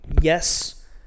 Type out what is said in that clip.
yes